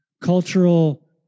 cultural